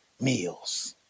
meals